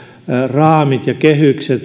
raamit ja kehykset